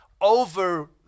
over